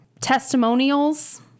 testimonials